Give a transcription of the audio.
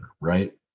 right